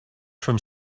from